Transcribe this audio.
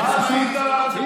אל תדאג,